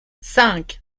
cinq